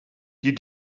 you